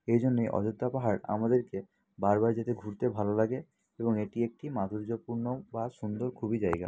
এই জন্যেই অযোধ্যা পাহাড় আমাদেরকে বার বার যেতে ঘুরতে ভালো লাগে এবং এটি একটি মাধুর্যপূর্ণ বা সুন্দর খুবই জায়গা